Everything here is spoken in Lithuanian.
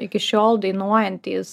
iki šiol dainuojantys